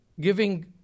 giving